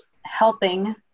helping